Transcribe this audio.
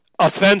offensive